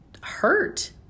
hurt